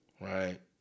right